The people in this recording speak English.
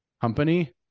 company